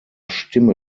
stimme